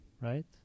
right